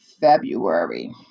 February